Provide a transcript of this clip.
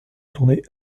tournées